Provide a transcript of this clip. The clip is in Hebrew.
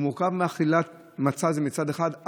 מאכילת מצה מצד אחד,